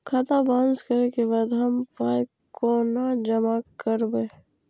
खाता बाउंस करै के बाद हम पाय कोना जमा करबै?